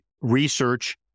research